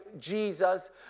Jesus